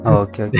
okay